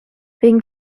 wegen